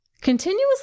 Continuous